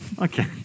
Okay